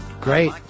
Great